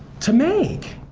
to make.